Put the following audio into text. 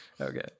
Okay